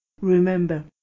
Remember